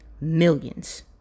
millions